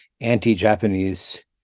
anti-Japanese